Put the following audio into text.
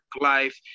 life